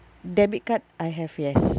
debit card I have yes